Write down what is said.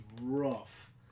rough